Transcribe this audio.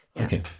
okay